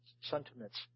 sentiments